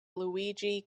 luigi